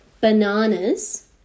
bananas